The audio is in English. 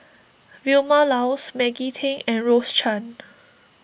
Vilma Laus Maggie Teng and Rose Chan